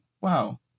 wow